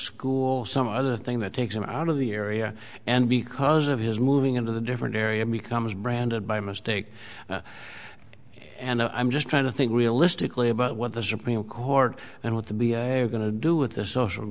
school some other thing that takes him out of the area and because of his moving into the different area becomes branded by mistake and i'm just trying to think realistically about what the supreme court and what to be going to do with this social